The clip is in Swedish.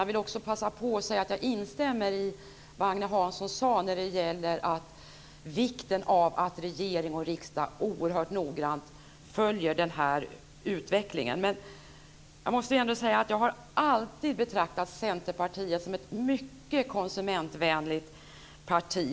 Jag vill också passa på att säga att jag instämmer i det Agne Hansson sade när det gäller vikten av att regering och riksdag oerhört noggrant följer den här utvecklingen. Men jag måste ändå säga att jag alltid har betraktat Centerpartiet som ett mycket konsumentvänligt parti.